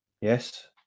yes